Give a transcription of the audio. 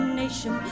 nation